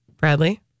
Bradley